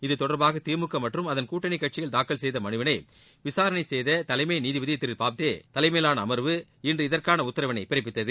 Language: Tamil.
இத்தொடர்பாக திமுக மற்றும் அதன் கூட்டணி கட்சிகள் தாக்கல் செய்த மனுவிளை விசாரணை செய்த தலைமை நீதிபதி திரு போப்தே தலைமையிலாள அமர்வு இன்று இதற்கான உத்தரவிளை பிறப்பித்தது